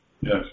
Yes